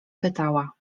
pytała